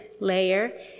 layer